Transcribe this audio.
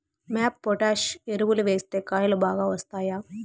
MOP potash ఎరువులు వేస్తే కాయలు బాగా వస్తాయా?